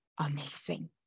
amazing